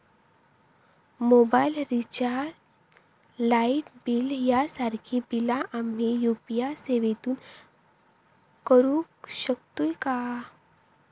Mobile recharge, light bill यांसारखी बिला आम्ही यू.पी.आय सेवेतून करू शकतू काय?